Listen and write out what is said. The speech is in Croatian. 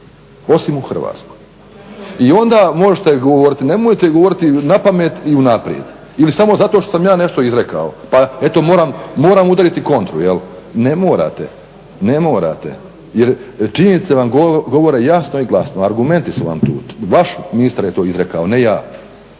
osim u Hrvatskoj. I onda možete govoriti, nemojte govoriti napamet i unaprijed ili samo zato što sam ja nešto izrekao. Pa eto moram udariti kontru. Ne morate, ne morate jer činjenice vam govore jasno i glasno, argumenti su vam tu. Vaš ministar je to izrekao, ne ja.